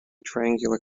triangular